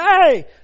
Hey